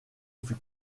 fut